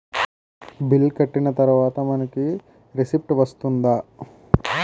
Bill కట్టిన తర్వాత మనకి రిసీప్ట్ వస్తుందా?